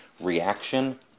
reaction